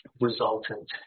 resultant